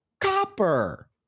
copper